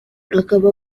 akaba